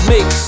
Mix